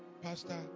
Pastor